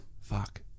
Fuck